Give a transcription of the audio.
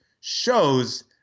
shows